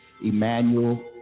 emmanuel